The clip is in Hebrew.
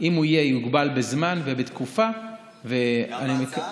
אם הוא יהיה, הוא יוגבל בזמן ובתקופה, גם ההצעה